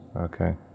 Okay